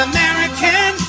American